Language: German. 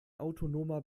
autonomer